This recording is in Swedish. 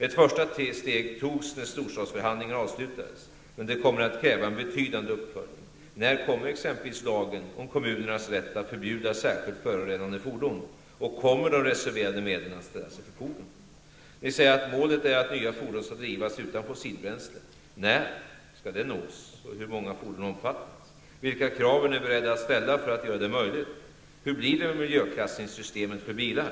Ett första steg togs när storstadsförhandlingarna avslutades, men det kommer att krävas en betydande uppföljning. När kommer exempelvis lagen om kommunernas rätt att förbjuda särskilt förorenande fordon? Kommer de reserverade medlen att ställas till förfogande? Ni säger att målet är att nya fordon skall drivas utan fossilbränsle. När skall det målet uppnås, och hur många fordon omfattas? Vilka krav är ni beredda att ställa för att göra det möjligt? Hur blir det med miljöklassningssystemet för bilar?